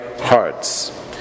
hearts